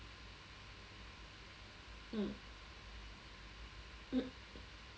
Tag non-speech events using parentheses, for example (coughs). mm (coughs)